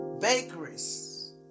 bakeries